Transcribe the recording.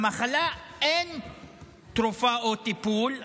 למחלה אין תרופה או טיפול.